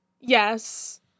yes